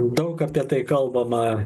daug apie tai kalbama